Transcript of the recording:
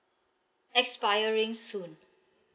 expiring soon